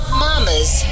mama's